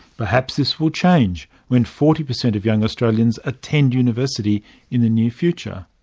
perhaps this will change when forty per cent of young australians attend university in the near future.